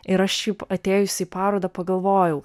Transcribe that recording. ir aš šiaip atėjusi į parodą pagalvojau